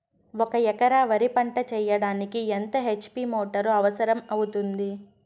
ఒక ఎకరా వరి పంట చెయ్యడానికి ఎంత హెచ్.పి మోటారు అవసరం అవుతుంది?